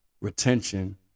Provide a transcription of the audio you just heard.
retention